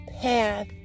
path